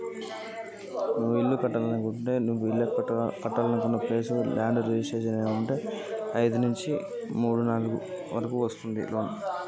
నేను ఇల్లు కట్టాలి అనుకుంటున్నా? నాకు లోన్ ఎంత వస్తది?